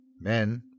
MEN